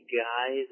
guys